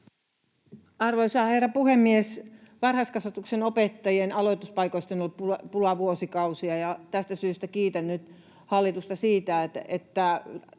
Arvoisa herra puhemies! Varhaiskasvatuksen opettajien aloituspaikoista on ollut pulaa vuosikausia, ja tästä syystä kiitän nyt hallitusta siitä, että